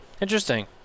interesting